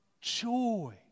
joy